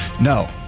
No